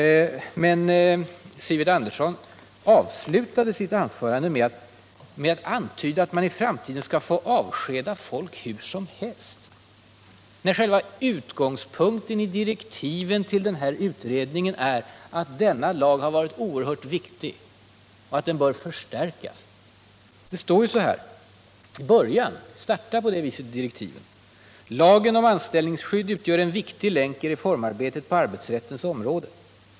Sivert Andersson avslutade sitt anförande med att antyda att man i framtiden skall få avskeda folk hur som helst! Men själva utgångspunkten i direktiven till den här utredningen är ju att denna lag har varit oerhört viktig och att den bör förstärkas. Direktiven säger ju i inledningen: ”Lagen om anställningsskydd utgör en viktig länk i reformarbetet på arbetsrättens område.